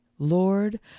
lord